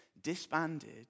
disbanded